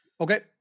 Okay